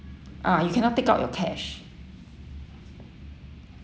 ah you cannot take out your cash